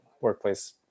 workplace